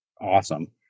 Awesome